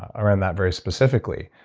ah around that very specifically.